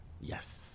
Yes